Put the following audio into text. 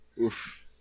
Oof